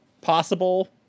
possible